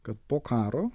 kad po karo